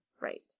Right